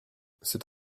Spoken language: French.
c’est